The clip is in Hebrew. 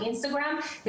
באינסטגרם,